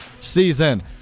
season